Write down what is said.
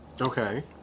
Okay